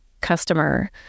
customer